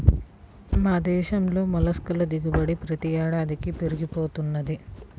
మన దేశంలో మొల్లస్క్ ల దిగుబడి ప్రతి ఏడాదికీ పెరిగి పోతున్నది